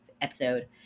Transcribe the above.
episode